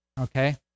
Okay